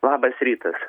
labas rytas